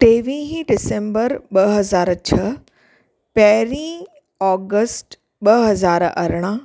टेवीह दिसम्बर ॿ हज़ार छ्ह पहिरीं अगस्त ॿ हज़ार अरिड़हं